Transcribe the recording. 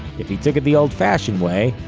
if he took it the old fashioned way,